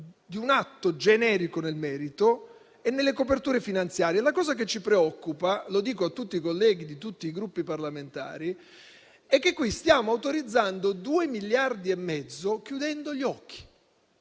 di un atto generico nel merito e nelle coperture finanziarie. La cosa che ci preoccupa - lo dico ai colleghi di tutti i Gruppi parlamentari - è che stiamo autorizzando una spesa da 2,5 miliardi chiudendo gli occhi,